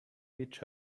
each